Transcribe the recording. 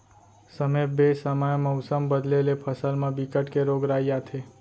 समे बेसमय मउसम बदले ले फसल म बिकट के रोग राई आथे